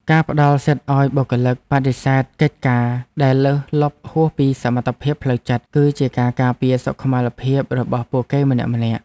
ការផ្តល់សិទ្ធិឱ្យបុគ្គលិកបដិសេធកិច្ចការដែលលើសលប់ហួសពីសមត្ថភាពផ្លូវចិត្ត គឺជាការការពារសុខុមាលភាពរបស់ពួកគេម្នាក់ៗ។